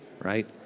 right